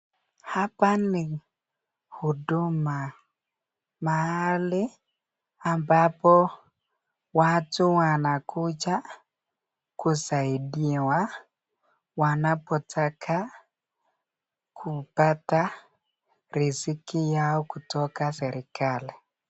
Hapa ni Huduma mahali ambapo watu wanakuja kusaidiwa wanapotaka kupata riziki yao kutoka serikali.